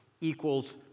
equals